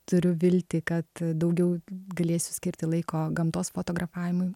turiu viltį kad daugiau galėsiu skirti laiko gamtos fotografavimui